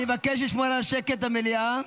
אני מבקש לשמור על שקט במליאה.